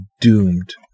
doomed